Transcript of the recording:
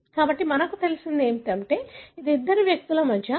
కాబట్టి మనకు తెలిసినది ఏమిటంటే ఇది ఇద్దరు వ్యక్తుల మధ్య 99